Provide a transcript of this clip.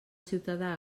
ciutadà